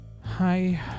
hi